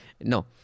No